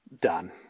done